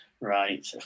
Right